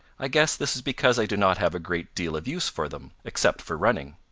i guess this is because i do not have a great deal of use for them, except for running.